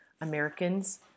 Americans